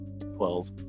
Twelve